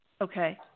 Okay